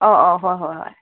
ꯑꯥ ꯑꯥ ꯍꯣꯏ ꯍꯣꯏ ꯍꯣꯏ